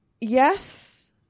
yes